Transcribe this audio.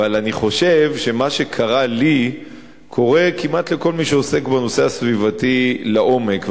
אבל אני חושב שמה שקרה לי קורה כמעט לכל מי שעוסק בנושא הסביבתי לעומק,